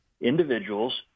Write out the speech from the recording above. individuals